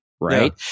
right